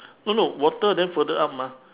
no no water then further up mah